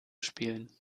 spielen